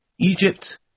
Egypt